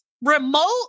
remote